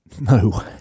No